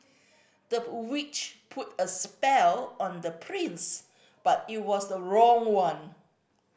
the witch put a spell on the prince but it was the wrong one